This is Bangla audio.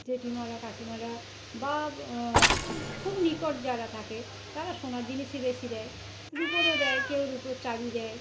জেঠিমারা কাকিমারা বা খুব নিকট যারা থাকে তারা সোনার জিনিসই বেশি দেয় রূপোরও দেয় কেউ রূপোর চাবি দেয়